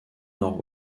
nord